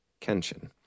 Kenshin